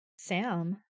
Sam